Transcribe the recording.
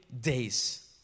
days